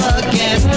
again